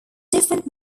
different